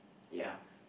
ya